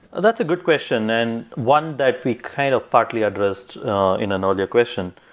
that's a good question. and one that we kind of partly address in and older question,